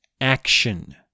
action